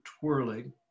twirling